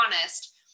honest